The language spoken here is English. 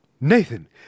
Nathan